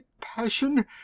passion